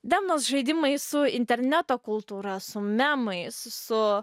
demnos žaidimai su interneto kultūra su memais su